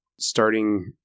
starting